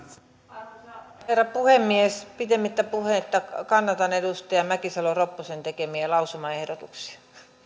arvoisa herra puhemies pitemmittä puheitta kannatan edustaja mäkisalo ropposen tekemiä lausumaehdotuksia